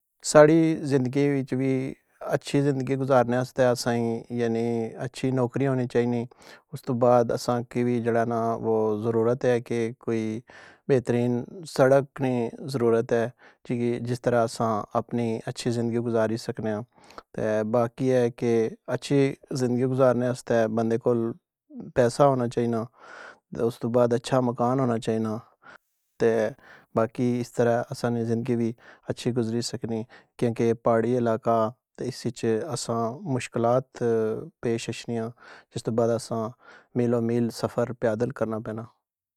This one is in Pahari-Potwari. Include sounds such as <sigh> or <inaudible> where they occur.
ساڈی زندگی وچ وی اچھی زندگی گزارنے آستے اساں کی یعنی اچھی نوکری ہونی چائنی, اوستو بعد اساں کی وی جیڑا نا وہ ضرورت ہے کہ کوئی بہترین سڑک نی ضرورت ہے <unintelligible> جس طرح اساں اپنی اچھی زندگی گزاری سکنے آں, تہ باقی اے کہ اچھی زندگی گزارنے آستے بندے کول پیسہ ہونا چائنا تہ استو باد اچھا مکان ہونا چائنا تہ باقی اس طرح اساں نی زندگی وی اچھی گزری سکنی کیوں کہ پہاڑی علاقہ تہ اس اچ اساں مشکلات پیش اشنے آں, اس توں بعد اساں کی میل و میل سفر پیدل کرنا پینا۔